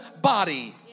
body